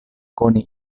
koni